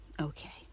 Okay